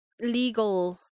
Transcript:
legal